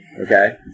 Okay